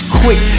quick